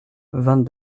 vingt